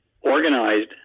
organized